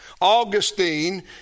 Augustine